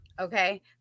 Okay